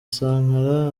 sankara